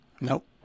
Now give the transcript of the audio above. Nope